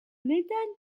neden